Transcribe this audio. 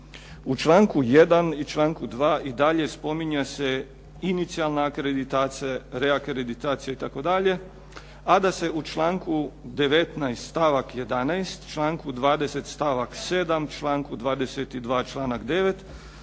U članku 1. i članku 2. i dalje spominje se inicijalna akreditacija, reakreditacija itd., a da se u članku 19. stavak 11., članku 20. stavak 7., članku 22. stavak 9.